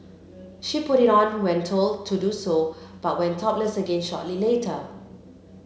she put it on when told to do so but went topless again shortly later